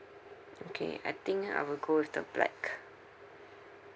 okay I think I will go with the black